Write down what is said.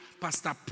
Pastor